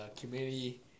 community